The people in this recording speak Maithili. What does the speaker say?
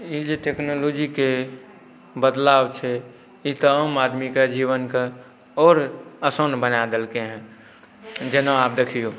ई जे टेक्नोलॉजीके बदलाव छै ई तऽ आम आदमीके जीवनके आओर आसान बना देलकै हँ जेना आब देखिऔ